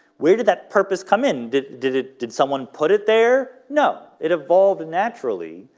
where did that purpose come in did did it did someone put it there? no it evolved naturally,